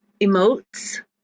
emotes